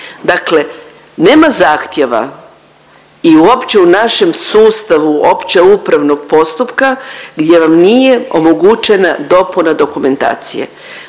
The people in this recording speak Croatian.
Dakle, nema zahtjeva i uopće u našem sustavu opće upravnog postupka gdje vam nije omogućena dopuna dokumentacije.